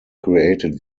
created